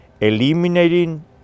eliminating